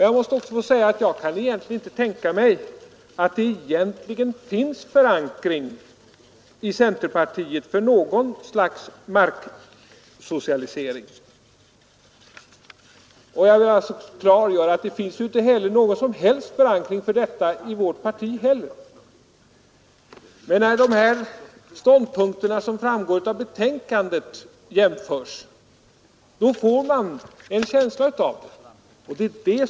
Jag kan inte tänka mig att det i centerpartiet egentligen finns förankring för något slags marksocialisering, och jag har velat klargöra att det självfallet inte heller i vårt parti finns någon som helst förankring för detta. När de ståndpunkter som framgår av betänkandet jämförs, får man emellertid en känsla av att så är fallet.